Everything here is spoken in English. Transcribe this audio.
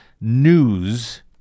News